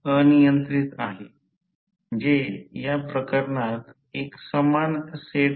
तर आम्हाला माहित आहे की I2 I2N2N1 आम्ही पूर्वी पाहिले आहे